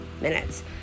minutes